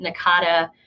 Nakata